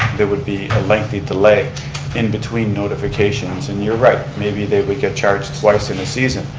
there would be a lengthy delay in between notifications. and you're right, maybe they would get charged twice in a season.